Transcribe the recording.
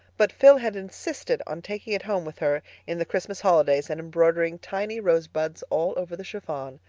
but phil had insisted on taking it home with her in the christmas holidays and embroidering tiny rosebuds all over the chiffon.